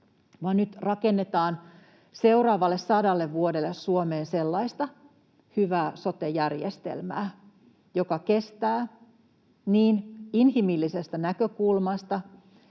vaan nyt rakennetaan seuraavalle sadalle vuodelle Suomeen sellaista hyvää sote-järjestelmää, joka kestää inhimillisestä näkökulmasta,